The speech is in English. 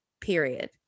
period